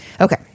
Okay